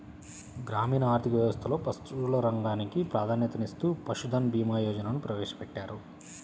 గ్రామీణ ఆర్థిక వ్యవస్థలో పశువుల రంగానికి ప్రాధాన్యతనిస్తూ పశుధన్ భీమా యోజనను ప్రవేశపెట్టారు